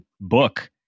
book